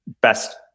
best